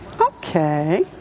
Okay